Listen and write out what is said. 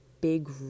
big